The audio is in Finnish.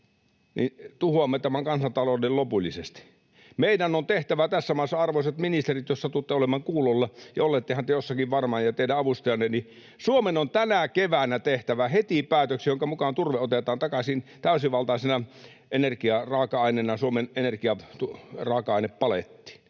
tuhoamme tämän kansantalouden lopullisesti. Meidän on tehtävä tässä maassa, arvoisat ministerit, jos satutte olemaan kuulolla — ja olettehan te jossakin varmaan, ja teidän avustajanne — tänä keväänä heti päätös, jonka mukaan turve otetaan takaisin täysivaltaisena energiaraaka-aineena Suomen energiaraaka-ainepalettiin.